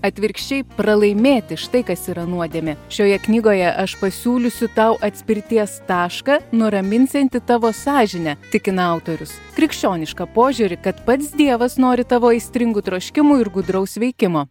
atvirkščiai pralaimėti štai kas yra nuodėmė šioje knygoje aš pasiūlysiu tau atspirties tašką nuraminsiantį tavo sąžinę tikina autorius krikščionišką požiūrį kad pats dievas nori tavo aistringų troškimų ir gudraus veikimo